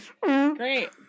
Great